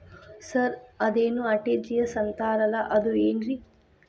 Sir ಅದೇನು RTGS ಅಂತಾರಲಾ ಅದು ಏನ್ರಿ?